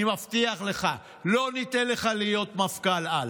אני מבטיח לך, לא ניתן לך להיות מפכ"ל-על.